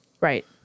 Right